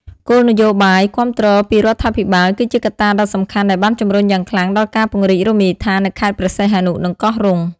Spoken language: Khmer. គោលនយោបាយគាំទ្រពីរដ្ឋាភិបាល គឺជាកត្តាដ៏សំខាន់ដែលបានជំរុញយ៉ាងខ្លាំងដល់ការពង្រីករមណីយដ្ឋាននៅខេត្តព្រះសីហនុ និងកោះរ៉ុង។